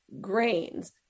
grains